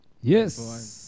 yes